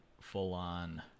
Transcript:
full-on